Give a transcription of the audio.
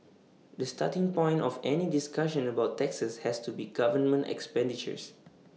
the starting point of any discussion about taxes has to be government expenditures